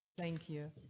thank you.